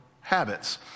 habits